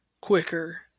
quicker